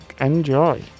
enjoy